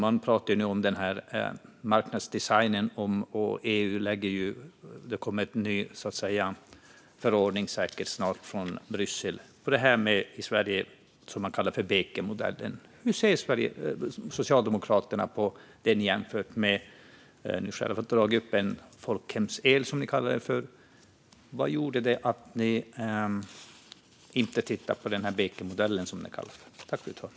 Man pratar ju om marknadsdesignen, och det kommer säkert snart en ny förordning från Bryssel kring det som man i Sverige kallar för Bekenmodellen. Hur ser Socialdemokraterna på den? Ni har själva tagit upp en folkhemsel, som ni kallar det för. Vad var det som gjorde att ni inte tittade på den så kallade Bekenmodellen?